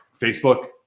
Facebook